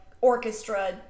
orchestra